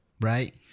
right